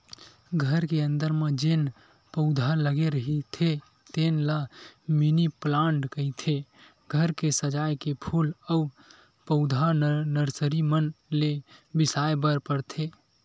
घर के अंदर म जेन पउधा लगे रहिथे तेन ल मिनी पलांट कहिथे, घर के सजाए के फूल अउ पउधा नरसरी मन ले बिसाय बर परथे